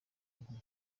nke